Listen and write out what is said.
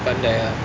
actually pandai ah